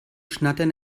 schnattern